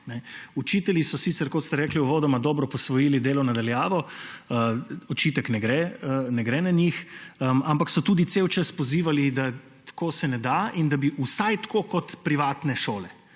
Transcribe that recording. Učitelji so sicer, kot ste rekli uvodoma, dobro posvojili delo na daljavo, očitek ne gre na njih, ampak so tudi cel čas pozivali, da tako se ne da in da bi vsaj tako kot privatne šole.